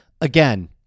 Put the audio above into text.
again